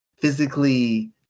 physically